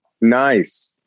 Nice